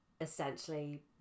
essentially